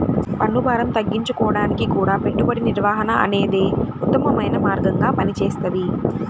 పన్నుభారం తగ్గించుకోడానికి గూడా పెట్టుబడి నిర్వహణ అనేదే ఉత్తమమైన మార్గంగా పనిచేస్తది